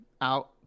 out